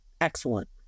excellent